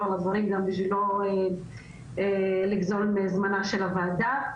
על הדברים גם בשביל לא לגזול מזמנה של הוועדה.